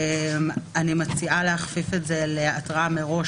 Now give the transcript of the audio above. אני מציעה להכפיף את זה להתראה מראש,